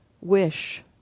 wish